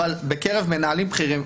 אבל בקרב מנהלים בכירים.